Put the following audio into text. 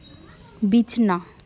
ᱵᱤᱪᱷᱱᱟ